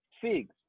figs